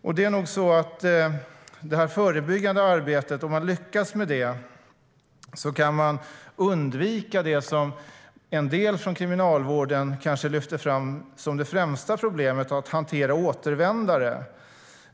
Om man lyckas med det förebyggande arbetet kan man undvika en del av det som en del inom Kriminalvården lyfter fram som det främsta problemet, nämligen att hantera återvändare.